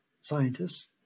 scientists